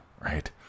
right